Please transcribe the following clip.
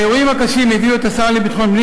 האירועים הקשים הביאו את השר לביטחון פנים